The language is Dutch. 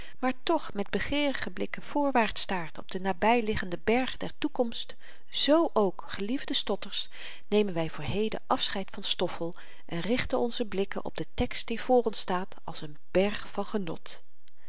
maar toch met begeerige blikken voorwaarts staart op den nabyliggenden berg der toekomst z ook geliefde stotters nemen wy voor heden afscheid van stoffel en richten onze blikken op den tekst die voor ons staat als n berg van genot